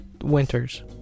Winters